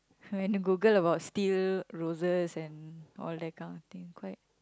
went to Google about steel roses and all that kind of thing